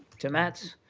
to matt's